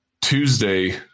Tuesday